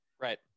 Right